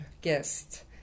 guest